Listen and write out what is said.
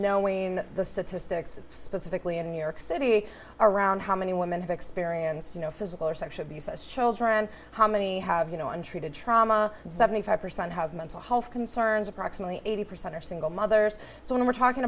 knowing the statistics specifically in new york city around how many women have experienced you know physical or sexual abuse as children how many have you know untreated trauma seventy five percent have mental health concerns approximately eighty percent are single mothers so when we're talking